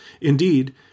Indeed